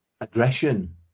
aggression